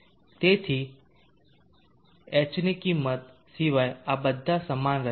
તેથી h ની કિંમત સિવાય આ બધા સમાન રહે છે